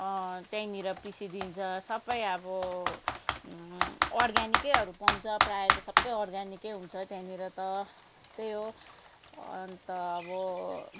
त्यहीँनिर पिसिदिन्छ सबै अब अर्ग्यानिकैहरू पाउँछ प्रायः त सबै अर्ग्यानिकै हुन्छ त्यहाँनिर त त्यही हो अन्त अब